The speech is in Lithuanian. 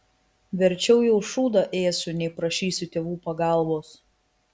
verčiau jau šūdą ėsiu nei prašysiu tėvų pagalbos